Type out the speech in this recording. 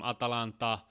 Atalanta